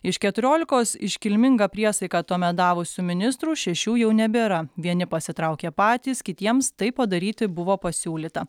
iš keturiolikos iškilmingą priesaiką tuomet davusių ministrų šešių jau nebėra vieni pasitraukė patys kitiems tai padaryti buvo pasiūlyta